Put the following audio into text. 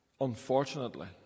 unfortunately